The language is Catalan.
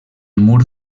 mur